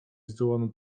zdołano